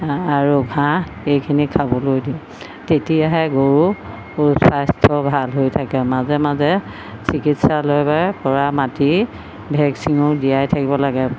আৰু ঘাঁহ এইখিনি খাবলৈ দিওঁ তেতিয়াহে গৰু গৰুৰ স্বাস্থ্য ভাল হয় থাকে মাজে মাজে চিকিৎসালয় বাবে পৰা মাতি ভেকচিনো দিয়াই থাকিব লাগে